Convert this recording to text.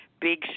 big